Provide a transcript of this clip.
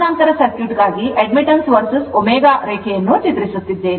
ಸಮಾನಾಂತರ ಸರ್ಕ್ಯೂಟ್ಗಾಗಿ admittance vs ω ರೇಖೆಯನ್ನು ಚಿತ್ರಿಸುತ್ತಿದ್ದೇವೆ